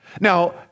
Now